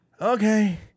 okay